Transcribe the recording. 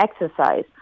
exercise